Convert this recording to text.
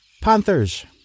Panthers